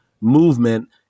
movement